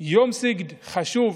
יום סיגד חשוב,